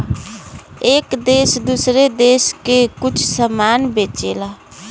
एक देस दूसरे देस के कुछ समान बेचला